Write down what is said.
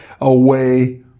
away